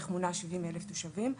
מונה כ-70,000 תושבים,